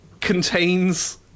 contains